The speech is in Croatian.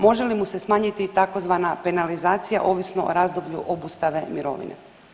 Može li mu se smanjiti i tzv. penalizacija ovisno o razdoblju obustave mirovine?